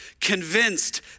convinced